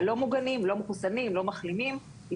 לא מחלימים כל הלא מוגנים,